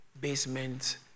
Basement